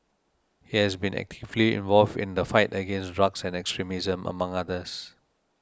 he has been actively involved in the fight against drugs and extremism among others